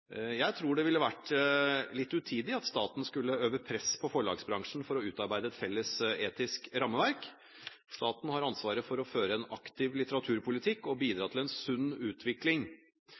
Jeg tror det ville være litt utidig om staten skulle øve press på forlagsbransjen for å utarbeide et felles etisk rammeverk. Staten har ansvar for å føre en aktiv litteraturpolitikk og bidra til en sunn utvikling.